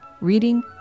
reading